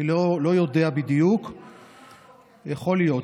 יכול להיות,